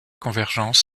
convergence